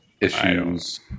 issues